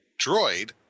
droid